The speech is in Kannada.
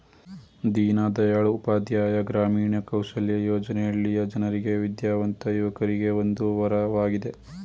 ದೀನದಯಾಳ್ ಉಪಾಧ್ಯಾಯ ಗ್ರಾಮೀಣ ಕೌಶಲ್ಯ ಯೋಜನೆ ಹಳ್ಳಿಯ ಜನರಿಗೆ ವಿದ್ಯಾವಂತ ಯುವಕರಿಗೆ ಒಂದು ವರವಾಗಿದೆ